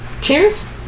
Cheers